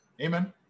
Amen